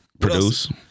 produce